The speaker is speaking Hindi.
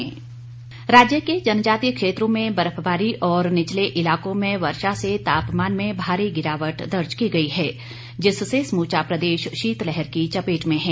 मौसम राज्य के जनजातीय क्षेत्रों में बर्फबारी और निचले इलाकों में वर्षा से तापमान में भारी गिरावट दर्ज की गई है जिससे समूचा प्रदेश शीतलहर की चपेट में है